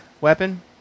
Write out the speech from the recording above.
weapon